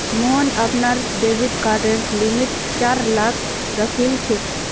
मोहन अपनार डेबिट कार्डेर लिमिट चार लाख राखिलछेक